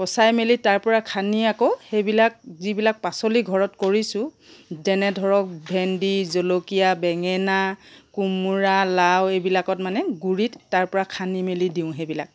পচাই মেলি তাৰ পৰা খানি আকৌ সেইবিলাক যিবিলাক পাচলি ঘৰত কৰিছোঁ যেনে ধৰক ভেন্দি জলকীয়া বেঙেনা কোমোৰা লাও এইবিলাকত মানে গুৰিত তাৰ পৰা খানি মেলি দিওঁ সেইবিলাক